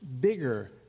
bigger